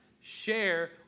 share